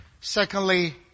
Secondly